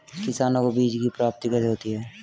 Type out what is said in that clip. किसानों को बीज की प्राप्ति कैसे होती है?